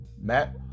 Matt